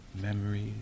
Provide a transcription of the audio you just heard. memories